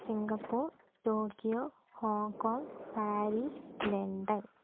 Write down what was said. Singapore Tokyo Hong Kong Paris London